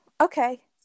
okay